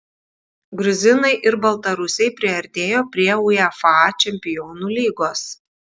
gruzinai ir baltarusiai priartėjo prie uefa čempionų lygos